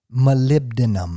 molybdenum